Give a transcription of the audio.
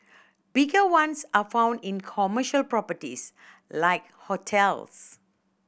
bigger ones are found in commercial properties like hotels